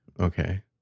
Okay